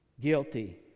Guilty